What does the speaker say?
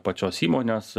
pačios įmonės